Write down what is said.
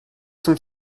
zum